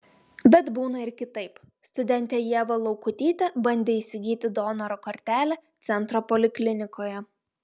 bet būna ir kitaip studentė ieva laukutytė bandė įsigyti donoro kortelę centro poliklinikoje